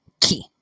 key